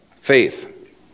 faith